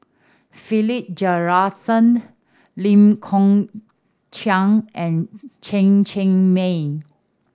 Philip Jeyaretnam Lee Kong Chian and Chen Cheng Mei